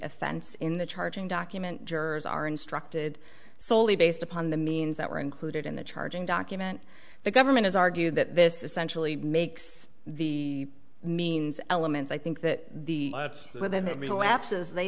offense in the charging document jurors are instructed solely based upon the means that were included in the charging document the government has argued that this essentially makes the means elements i think that it's within that mean lapses they